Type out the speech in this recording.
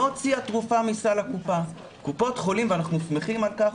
לא הוציאה תרופה מסל הקופה, ואנחנו שמחים על-כך.